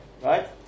right